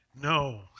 No